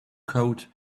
coat